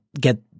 get